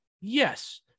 Yes